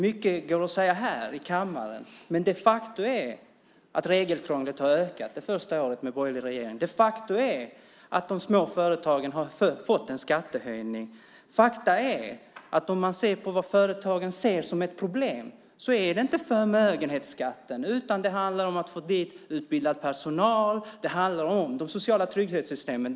Mycket går att säga här i kammaren, men faktum är att regelkrånglet har ökat under det första året med borgerlig regering. Faktum är att de små företagen har fått en skattehöjning. Faktum är att man kan se på vad företagen ser som ett problem. Det är inte förmögenhetsskatten, utan det handlar om att få dit utbildad personal. Det handlar om de sociala trygghetssystemen.